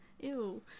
Ew